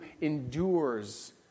endures